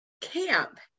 Camp